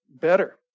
Better